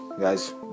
guys